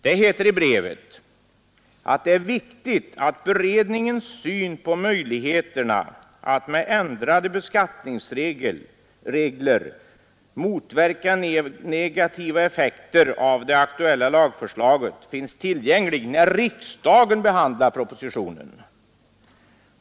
Det heter i brevet: ”Det är viktigt att beredningens syn på möjligheterna att med ändrade beskattningsregler motverka negativa effekter av det aktuella lagförslaget finns tillgänglig när riksdagen behandlar propositionen.